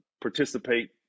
participate